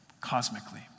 Cosmically